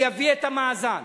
אני אביא את המאזן